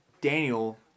Daniel